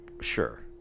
Sure